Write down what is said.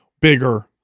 bigger